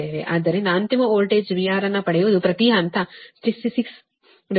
ಆದ್ದರಿಂದ ಅಂತಿಮ voltage VR ಅನ್ನು ಪಡೆಯುವುದು ಪ್ರತಿ ಹಂತ 663 38